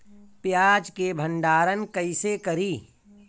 प्याज के भंडारन कईसे करी?